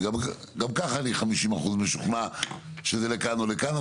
גם ככה אני 50 אחוזים משוכנע שזה לכאן או לכאן.